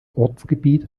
ortsgebiet